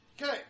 Okay